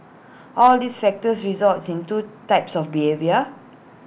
all these factors results in two types of behaviour